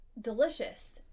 delicious